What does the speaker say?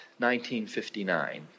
1959